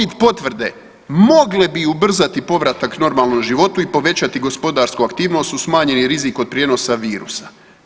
Covid potvrde mogle bi ubrzati povratak normalnom životu i povećati gospodarsku aktivnost uz smanjeni rizik od prijenosa virusa?